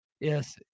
Yes